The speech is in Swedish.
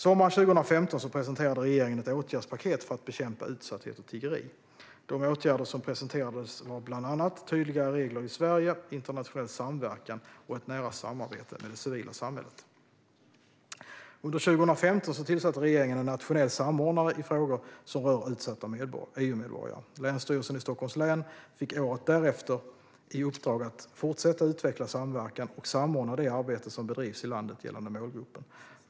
Sommaren 2015 presenterade regeringen ett åtgärdspaket för att bekämpa utsatthet och tiggeri. De åtgärder som presenterades var bland annat tydligare regler i Sverige, internationell samverkan och ett nära samarbete med det civila samhället. Under 2015 tillsatte regeringen en nationell samordnare i frågor som rör utsatta EU-medborgare. Länsstyrelsen i Stockholms län fick året efter i uppdrag att fortsätta utveckla samverkan och samordna det arbete som bedrivs i landet gällande målgruppen.